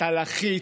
אתה לחיץ.